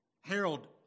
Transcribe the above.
Harold